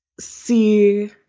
see